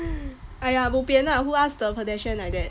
!aiya! bo pian lah who asked the pedestrian like that